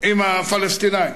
עם הפלסטינים,